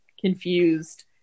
confused